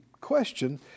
question